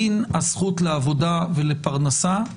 דין הזכות לעבודה ולפרנסה,